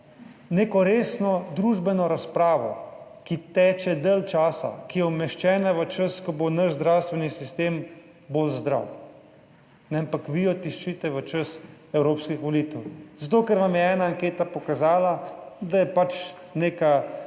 Neko resno družbeno razpravo, ki teče dalj časa, ki je umeščena v čas, ko bo naš zdravstveni sistem bolj zdrav, ampak vi jo tiščite v čas evropskih volitev zato, ker vam je ena anketa pokazala, da je neka